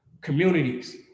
Communities